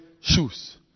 shoes